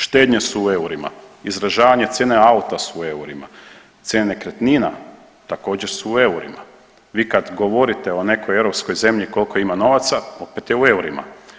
Štednje su u eurima, izražavanje cijene auta su u eurima, cijene nekretnina također su u eurima, vi kad govorite o nekoj europskoj zemlji koliko ima novaca, opet je u eurima.